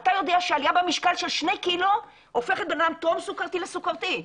אתה יודע שעלייה במשקל של שני קילו הופכת בן אדם טרום-סכרתי לסוכרתי?